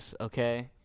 okay